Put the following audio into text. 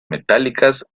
metálicas